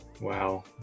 Wow